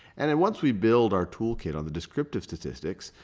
and then once we build our toolkit on the descriptive statistics,